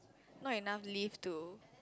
not enough leave to